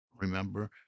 remember